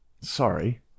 Sorry